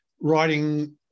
writing